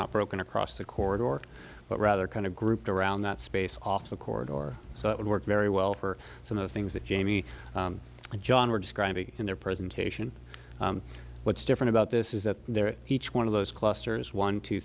not broken across the corridor but rather kind of grouped around that space off the cord or so it would work very well for some of the things that jamie and john were describing in their presentation what's different about this is that they're each one of those clusters one two